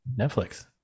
netflix